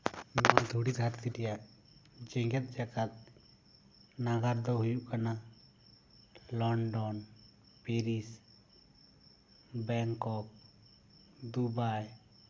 ᱱᱚᱣᱟ ᱫᱷᱩᱲᱤ ᱫᱷᱟᱹᱨᱛᱤ ᱨᱮᱭᱟᱜ ᱡᱮᱜᱮᱛ ᱡᱟᱠᱟᱛ ᱱᱟᱜᱟᱨ ᱫᱚ ᱦᱩᱭᱩᱜ ᱠᱟᱱᱟ ᱞᱚᱱᱰᱚᱱ ᱯᱮᱨᱤᱥ ᱵᱮᱝᱠᱚᱠ ᱫᱩᱵᱟᱭ